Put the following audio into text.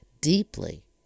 deeply